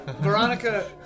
Veronica